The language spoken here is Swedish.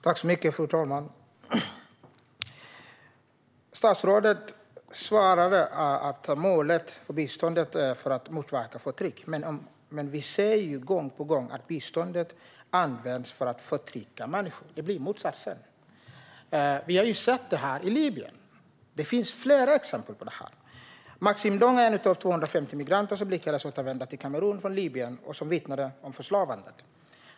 Fru talman! Statsrådet svarade att målet för biståndet är att motverka förtryck. Men vi ser gång på gång motsatsen: att biståndet används för att förtrycka människor. Vi har sett det i Libyen. Det finns flera exempel på det. Maxime Ndong är en av 250 migranter som lyckades återvända till Kamerun från Libyen och som vittnade om förslavandet.